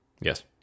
yes